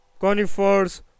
conifers